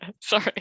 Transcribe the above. sorry